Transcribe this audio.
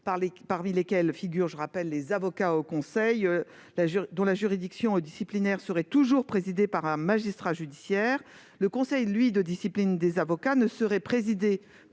parmi lesquels figurent, je le rappelle, les avocats aux conseils, dont la juridiction disciplinaire serait toujours présidée par un magistrat judiciaire, le conseil de discipline des avocats ne serait présidé